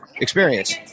experience